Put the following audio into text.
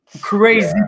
crazy